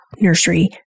nursery